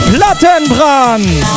Plattenbrand